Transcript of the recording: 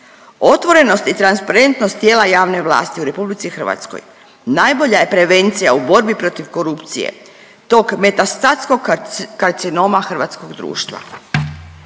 Otvorenost i transparentnost tijela javne vlasti u RH najbolja je prevencija u borbi protiv korupcije tog metastatskog karcinoma hrvatskog društva.